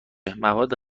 مواد